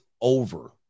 over